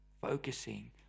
focusing